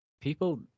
People